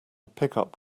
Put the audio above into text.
pickup